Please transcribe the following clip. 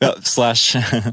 slash